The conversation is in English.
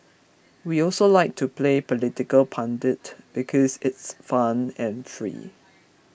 we also like to play political pundit because it's fun and free